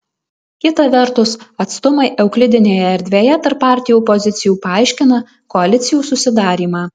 kita vertus atstumai euklidinėje erdvėje tarp partijų pozicijų paaiškina koalicijų susidarymą